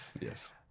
Yes